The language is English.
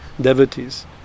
devotees